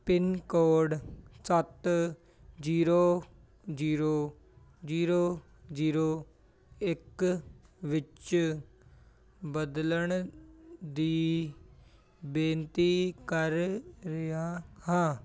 pin code ਸੱਤ zero zero zero zero ਇੱਕ ਵਿੱਚ ਬਦਲਣ ਦੀ ਬੇਨਤੀ ਕਰ ਰਿਹਾ ਹਾਂ